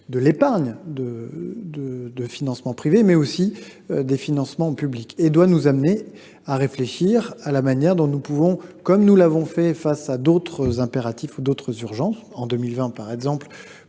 de l’épargne et de financements privés, mais aussi de ressources publiques. Cela doit nous amener à réfléchir à la manière dont nous pourrions – comme nous l’avons fait face à d’autres impératifs ou à d’autres urgences, en 2020 par exemple